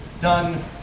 done